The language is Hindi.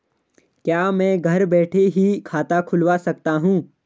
क्या मैं घर बैठे ही खाता खुलवा सकता हूँ?